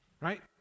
Right